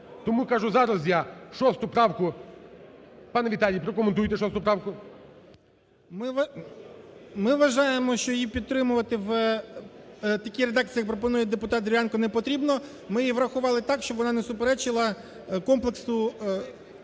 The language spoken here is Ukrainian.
Тому кажу зараз я, 6 правку…. Пане Віталій, прокоментуйте 6 правку. 16:59:35 СТАШУК В.Ф. Ми вважаємо, що її підтримувати в такій редакції, як пропонує депутат Дерев'янко, не потрібно. Ми її врахували так, щоб вона не суперечила комплексу